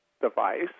device